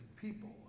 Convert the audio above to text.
people